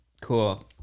Cool